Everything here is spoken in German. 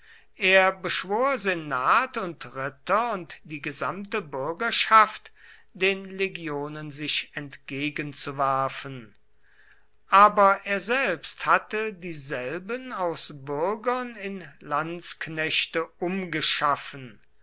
er beschwor senat und ritter und die gesamte bürgerschaft den legionen sich entgegenzuwerfen aber er selbst hatte dieselben aus bürgern in lanzknechte umgeschaffen